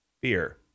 beer